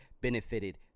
benefited